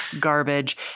garbage